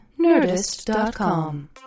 Nerdist.com